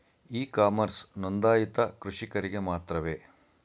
E commerce ನೊಂದಾಯಿತ ಕೃಷಿಕರಿಗೆ ಮಾತ್ರವೇ?